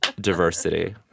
diversity